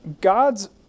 God's